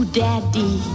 daddy